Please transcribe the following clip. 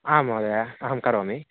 आं महोदय अहं करोमि